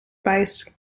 spice